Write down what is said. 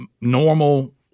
normal